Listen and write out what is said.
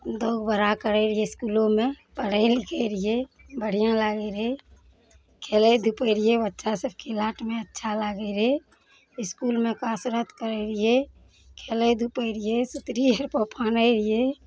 दौग बढ़ा करै रहियै इस्कूलो मे पढ़ै लिखै रहियै बढ़िआँ लागै रहै खेलै धूपै रहियै बच्चा सब खिलाट मे अच्छा लागै रहै इस्कूल मे कासरत करै रहियै खेलै धुपै रहियै सुतरी अर पर फाने रहियै